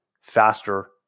faster